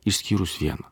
išskyrus vieną